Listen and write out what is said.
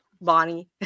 Bonnie